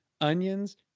onions